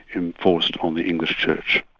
enforced on the english church.